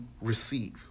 receive